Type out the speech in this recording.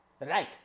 Right